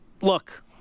look